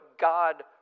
God